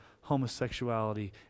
homosexuality